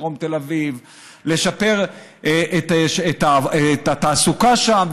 לשפר את התעסוקה שם,